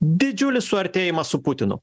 didžiulis suartėjimas su putinu